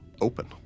open